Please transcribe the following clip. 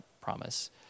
promise